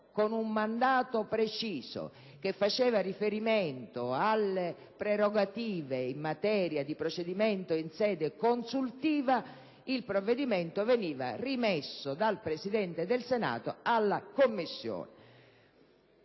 con un mandato preciso che faceva riferimento alle prerogative in materia di procedimento in sede consultiva, il provvedimento veniva rimesso dal Presidente del Senato alla Commissione.